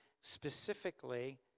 specifically